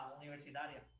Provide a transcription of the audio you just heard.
universitaria